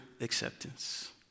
acceptance